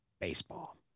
baseball